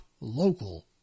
local